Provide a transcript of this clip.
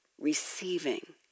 receiving